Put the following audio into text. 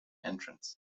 entrance